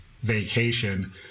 vacation